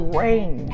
rain